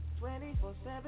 24-7